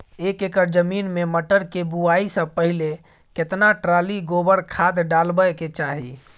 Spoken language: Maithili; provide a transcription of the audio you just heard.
एक एकर जमीन में मटर के बुआई स पहिले केतना ट्रॉली गोबर खाद डालबै के चाही?